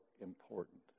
important